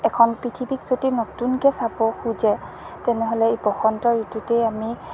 এখন পৃথিৱীক যদি নতুনকৈ চাব খুজে তেনেহ'লে এই বসন্ত ঋতুতেই আমি